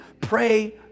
pray